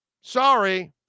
Sorry